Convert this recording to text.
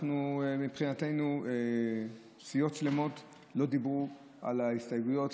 ומבחינתנו סיעות שלמות לא דיברו על ההסתייגויות,